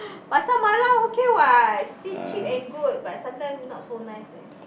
Pasar-Malam okay what still cheap and good but sometimes not so nice leh